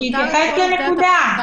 תתייחס לנקודה.